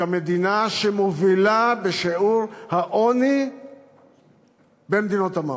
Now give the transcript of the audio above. כמדינה שמובילה בשיעור העוני במדינות המערב.